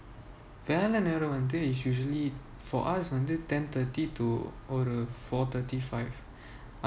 வேலை நேரம் வந்து:velai neram vanthu it's usually for us வந்து:vanthu ten thirty to ஒரு:oru four thirty five